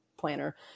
planner